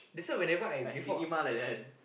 like cinema like that